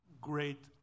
great